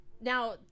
now